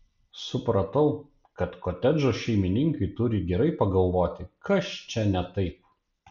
supratau kad kotedžo šeimininkai turi gerai pagalvoti kas čia ne taip